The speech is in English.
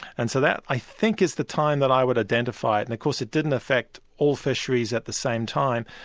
and so that i think is the time that i would identify it, and of course it didn't affect all fisheries at the same time,